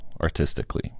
artistically